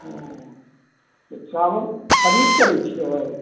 हॅं चावल खरीद करै छियै